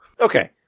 okay